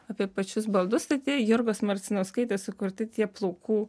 apie pačius baldus tai tai jurgos marcinauskaitės sukurti tie plaukų